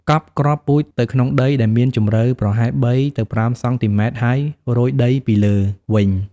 កប់គ្រាប់ពូជទៅក្នុងដីដែលមានជម្រៅប្រហែល ៣ ទៅ ៥ សង់ទីម៉ែត្រ ហើយរោយដីពីលើវិញ។